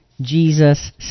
Jesus